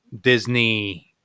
Disney